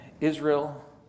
Israel